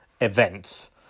events